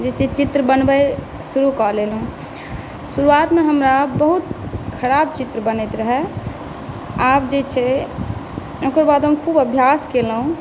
जे छै चित्र बनबै शुरू कऽ लेलहुँ शुरुआतमे हमरा बहुत खराब चित्र बनैत रहय आब जे छै ओकर बाद हम खूब अभ्यास केलहुँ